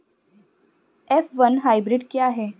F one hybrid क्या है?